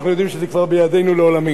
אנחנו יודעים שזה כבר בידינו לעולמים.